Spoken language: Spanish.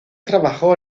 trabajó